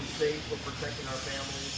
we're protecting our families,